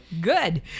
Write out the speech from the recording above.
good